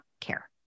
care